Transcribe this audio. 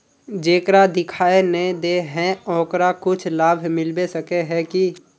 जेकरा दिखाय नय दे है ओकरा कुछ लाभ मिलबे सके है की?